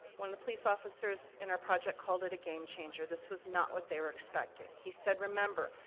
one of the police officers in our project called it a game changer. this was not what they were expecting. he said, remember,